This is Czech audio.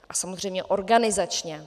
A samozřejmě organizačně.